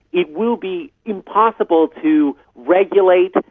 it will be impossible to regulate,